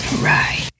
Right